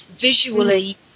visually